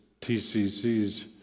TCC's